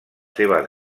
seves